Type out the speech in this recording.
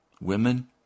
women